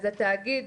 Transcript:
אז התאגיד